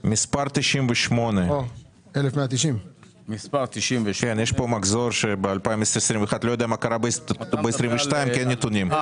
מס' 98 אני לא יודע מה קרה ב-2022 כי אין נתונים.